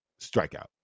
strikeout